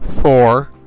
four